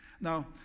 now